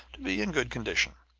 to be in good condition.